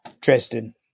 Dresden